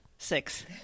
Six